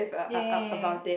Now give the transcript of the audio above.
ya